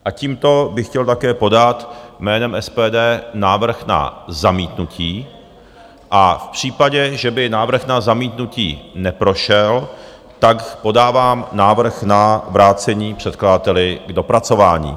A tímto bych chtěl také podat jménem SPD návrh na zamítnutí a v případě, že by návrh na zamítnutí neprošel, tak podávám návrh na vrácení předkladateli k dopracování.